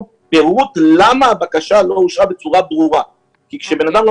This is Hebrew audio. פירוט למה הבקשה לא אושרה בצורה ברורה כי כאשר בן אדם לא